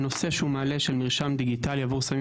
הנושא שהוא מעלה על מרשם דיגיטלי עבור סמים